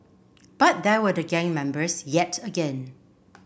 but there were the gang members yet again